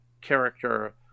character